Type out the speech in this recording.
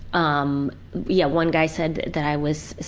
um yeah one guy said that i was.